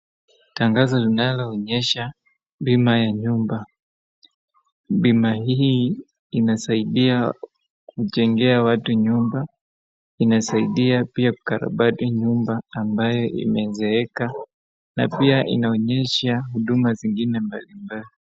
Tangazo linaloonyesha bima ya nyumba, bima hii inasaidia kujengea watu nyumba, inasaidia pia kukarabati nyumba ambayo imezeeka, na pia inaonyesha huduma zingine mbali mbali.